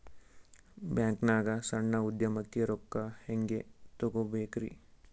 ಬ್ಯಾಂಕ್ನಾಗ ಸಣ್ಣ ಉದ್ಯಮಕ್ಕೆ ರೊಕ್ಕ ಹೆಂಗೆ ತಗೋಬೇಕ್ರಿ?